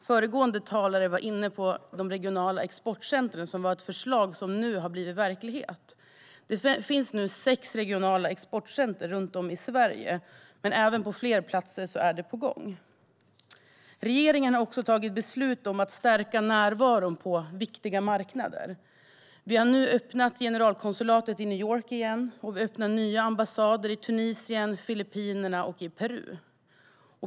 Föregående talare tog upp de regionala exportcentren. Detta förslag har nu blivit verklighet. Det finns sex regionala exportcenter runt om i Sverige, och fler är på gång. Regeringen har också tagit beslut om att stärka närvaron på viktiga marknader. Vi har öppnat generalkonsulatet i New York igen, och vi öppnar nya ambassader i Tunisien, Filippinerna och Peru.